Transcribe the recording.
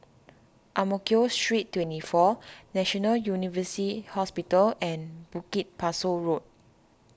Ang Mo Kio Street twenty four National University Hospital and Bukit Pasoh Road